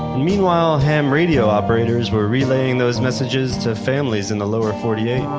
meanwhile, ham radio operators were relaying those messages to families in the lower forty eight.